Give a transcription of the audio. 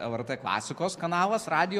lrt klasikos kanalas radijo